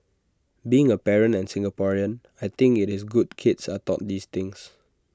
being A parent and Singaporean I think IT is good kids are taught these things